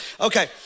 Okay